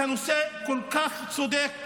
כי הנושא כל כך צודק,